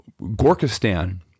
Gorkistan